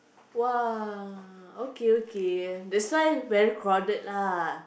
!wah! okay okay the size very crowded lah